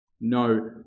No